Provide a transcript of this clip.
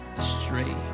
astray